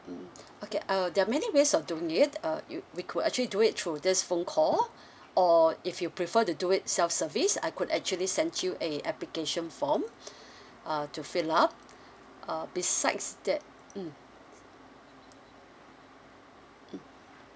okay uh there are many ways of doing it uh you we could actually do it through this phone call or if you prefer to do it self-service I could actually send you an application form uh to fill up uh besides that mm